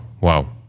Wow